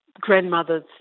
grandmother's